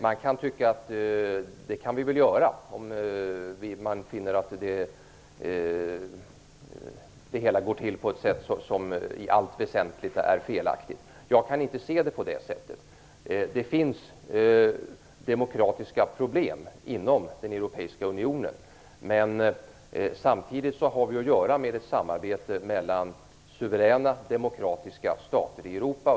Man skulle kunna tycka att vi kan göra så om vi finner att det hela går till på ett sätt som i allt väsentligt är felaktigt. Jag kan inte se det på det sättet. Det finns demokratiska problem inom Europeiska unionen. Det gäller dock ett samarbete mellan suveräna, demokratiska stater i Europa.